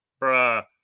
bruh